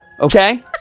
okay